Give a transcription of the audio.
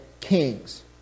kings